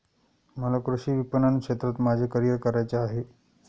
मला कृषी विपणन क्षेत्रात माझे करिअर करायचे आहे